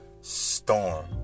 storm